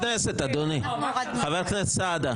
חבר הכנסת סעדה,